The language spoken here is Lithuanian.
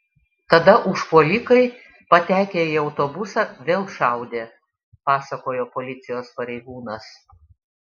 tada užpuolikai patekę į autobusą vėl šaudė pasakojo policijos pareigūnas